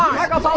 um marco! polo!